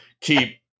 keep